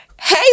Hey